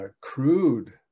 crude